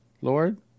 Lord